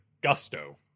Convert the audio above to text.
gusto